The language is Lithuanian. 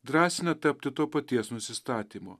drąsina tapti to paties nusistatymo